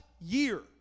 year